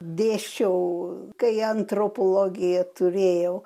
dėsčiau kai antropologiją turėjau